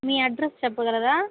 మీ address చెప్పగలరా